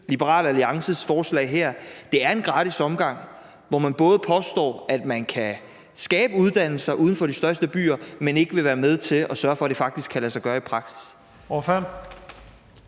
Liberal Alliances forslag her, er en gratis omgang, hvor man både påstår, at man kan skabe uddannelser uden for de største byer, men ikke vil være med til at sørge for, at det faktisk kan lade sig gøre i praksis? Kl.